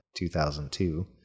2002